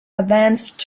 advanced